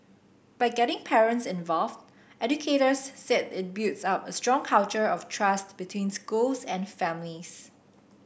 by getting parents involved educators said it builds up a strong culture of trust between schools and families